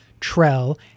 Trell